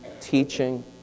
teaching